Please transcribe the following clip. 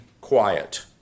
quiet